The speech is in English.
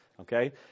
okay